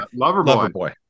Loverboy